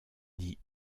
dit